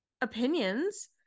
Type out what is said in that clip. opinions